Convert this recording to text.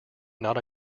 not